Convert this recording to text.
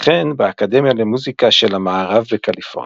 שם סיים את לימודיו בתיכון פורסט פורסט הילס בשנת 1946.